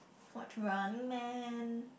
watch Running-Man